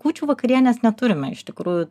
kūčių vakarienės neturime iš tikrų